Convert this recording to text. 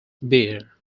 bear